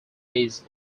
his